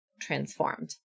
transformed